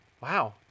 wow